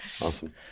Awesome